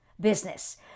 business